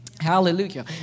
Hallelujah